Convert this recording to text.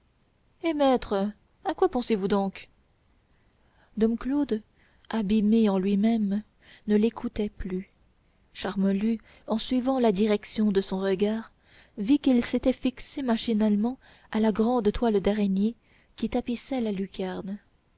hé maître à quoi pensez-vous donc dom claude abîmé en lui-même ne l'écoutait plus charmolue en suivant la direction de son regard vit qu'il s'était fixé machinalement à la grande toile d'araignée qui tapissait la lucarne